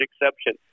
exception